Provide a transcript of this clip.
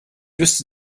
wüsste